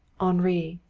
henri,